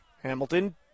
Hamilton